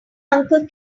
uncle